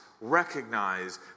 recognize